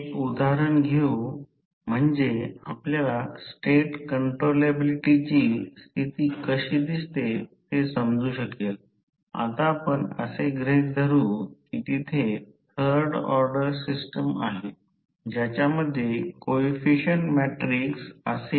याचा अर्थ असा की जेव्हा भार नसतो तेव्हा भाराची स्थिती नसते आणि V2 fl पूर्ण भार दुय्यम व्होल्टेज असते असे मानले जाते की ते रेटेड दुय्यम व्होल्टेज मध्ये समायोजित केले जाऊ शकते